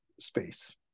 space